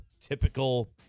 typical